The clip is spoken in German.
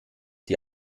die